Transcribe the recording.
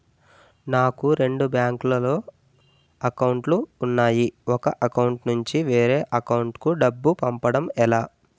నాకు రెండు బ్యాంక్ లో లో అకౌంట్ లు ఉన్నాయి ఒక అకౌంట్ నుంచి వేరే అకౌంట్ కు డబ్బు పంపడం ఎలా?